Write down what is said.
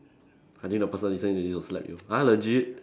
I think the person listening to you will slap you !huh! legit